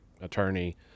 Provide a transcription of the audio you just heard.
attorney